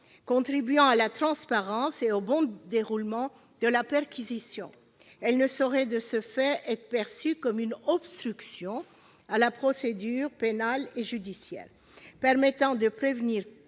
contribuant à la transparence et au bon déroulement de la perquisition- elle ne saurait, de ce fait, être perçue comme une obstruction à la procédure pénale et judiciaire -et permettant de prévenir